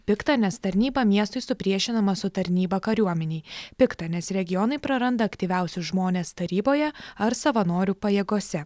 pikta nes tarnyba miestui supriešinama su tarnyba kariuomenei pikta nes regionai praranda aktyviausius žmones taryboje ar savanorių pajėgose